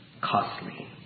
costly